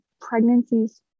pregnancies